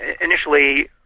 initially